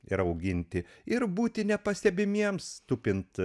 ir auginti ir būti nepastebimiems tupint